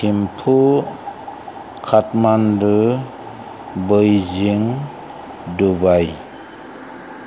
Thimphu Kathmandu Beijing Dubai